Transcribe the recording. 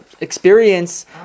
experience